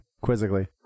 quizzically